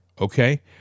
okay